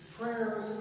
Prayer